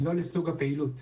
היא לא לסוג הפעילות.